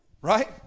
Right